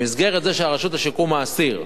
במסגרת זה שהרשות לשיקום האסיר,